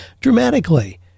dramatically